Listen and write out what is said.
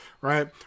right